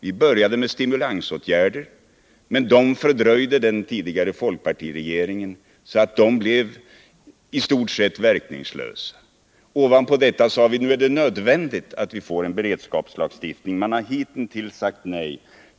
Vi började med stimulansåtgärder, men dessa fördröjde den tidigare folkpartiregeringen, så att de blev i stort sett verkningslösa. Ovanpå detta sade vi: Nu är det nödvändigt att vi får en beredskapslagstiftning. Man har hitintills sagt nej.